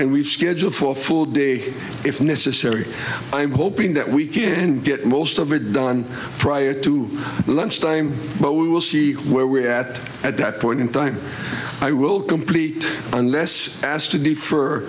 and we schedule for a full day if necessary i'm hoping that we can get most of it done prior to lunchtime but we will see where we at at that point in time i will complete unless asked to defer